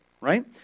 right